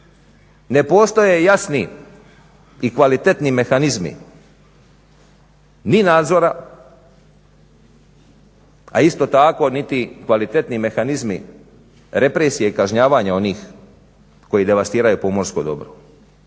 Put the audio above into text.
Ne postoje jasni i kvalitetni mehanizmi ni nadzora, a isto tako niti kvalitetni mehanizmi represije i kažnjavanja onih koji devastiraju pomorsko dobro.